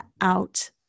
out